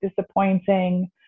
disappointing